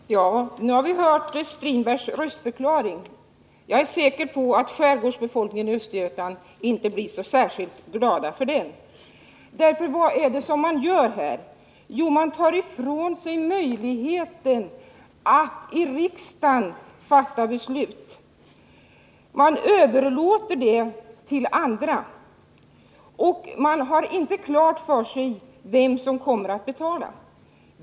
Fru talman! Nu har vi hört herr Strindbergs röstförklaring. Jag är säker på att skärgårdsbefolkningen i Östergötland inte blir så särskilt glad över den. Vad är det nämligen man gör? Jo, man frånsäger sig möjligheten att i riksdagen fatta beslut. Man överlåter det till andra, och man har inte klart för sig vem som kommer att betala.